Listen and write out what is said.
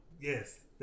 Yes